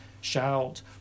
shout